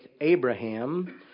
Abraham